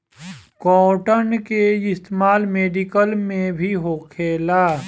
cotton के इस्तेमाल medical में भी होखेला